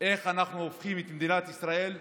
איך אנחנו הופכים את מדינת ישראל לדיקטטורה.